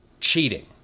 Cheating